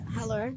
Hello